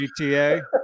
GTA